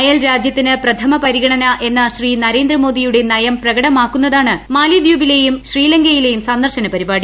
അയൽ രാജ്യത്തിന് പ്രഥമ പരിഗണന എന്ന ശ്രീ നരേന്ദ്രമോദിയുടെ നയം പ്രകടമാക്കുന്നതാണ് മാലിദ്വീപിലെയും ശ്രീലങ്കയിലെയും സന്ദർശന പരിപാടി